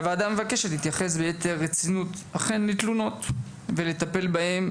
הוועדה מבקשת להתייחס ביתר רצינות לתלונות ולטפל בהן,